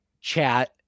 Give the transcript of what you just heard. chat